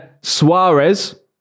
Suarez